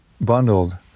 bundled